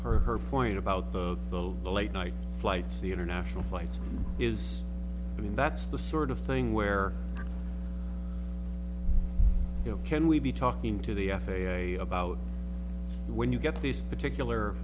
as her point about the the late night flights the international flights is i mean that's the sort of thing where you know can we be talking to the f a a about when you get these particular